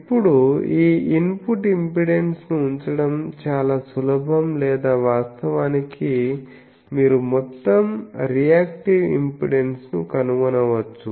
ఇప్పుడు ఈ ఇన్పుట్ ఇంపెడెన్స్ను ఉంచడం చాలా సులభం లేదా వాస్తవానికి మీరు మొత్తం రియాక్టివ్ ఇంపెడెన్స్ను కనుగొనవచ్చు